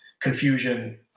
Confusion